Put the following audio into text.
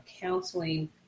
counseling